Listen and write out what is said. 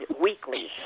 weekly